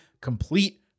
Complete